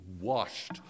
washed